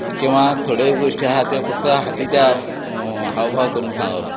किंवा थोड्यो गोष्टी आहा त्यो फक्त हातीच्या हाव भाव करून सांगप